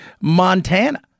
montana